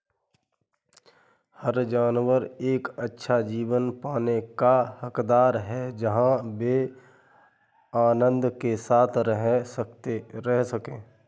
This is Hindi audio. हर जानवर एक अच्छा जीवन पाने का हकदार है जहां वे आनंद के साथ रह सके